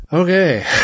Okay